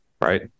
right